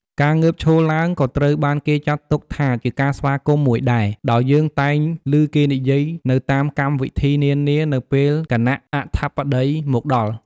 ការងើបឈរឡើងក៏ត្រូវបានគេចាត់ទុកថាជាការស្វាគមន៍មួយដែរ ដោយយើងតែងឮគេនិយាយនៅតាមកម្មវិធីនានានៅពេលគណៈអធិបតីមកដល់។